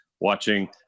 watching